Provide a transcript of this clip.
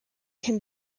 can